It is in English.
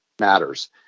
matters